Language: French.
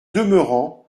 demeurant